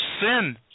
sin